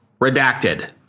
Redacted